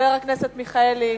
חבר הכנסת מיכאלי.